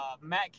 Matt